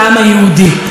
יחד עם זה,